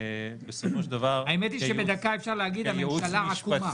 בסופו של דבר -- האמת היא שבדקה אפשר להגיד שהממשלה עקומה.